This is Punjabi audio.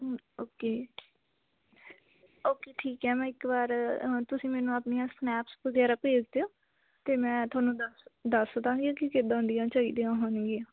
ਓਕੇ ਓਕੇ ਠੀਕ ਹੈ ਮੈਂ ਇੱਕ ਵਾਰ ਹੁਣ ਤੁਸੀਂ ਮੈਨੂੰ ਆਪਣੀਆਂ ਸਨੈਪਸ ਵਗੈਰਾ ਭੇਜ ਦਿਓ ਅਤੇ ਮੈਂ ਤੁਹਾਨੂੰ ਦੱਸ ਦੱਸ ਦਵਾਂਗੀ ਕਿ ਕਿੱਦਾਂ ਦੀਆਂ ਚਾਹੀਦੀਆਂ ਹੋਣਗੀਆਂ